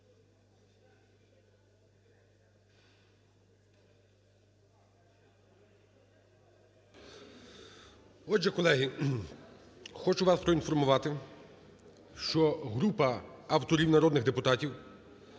Отже, колеги, хочу вас проінформувати, що група авторів, народних депутатів,